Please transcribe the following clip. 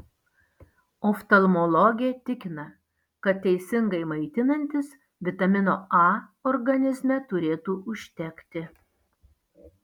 oftalmologė tikina kad teisingai maitinantis vitamino a organizme turėtų užtekti